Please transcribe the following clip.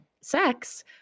sex